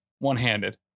one-handed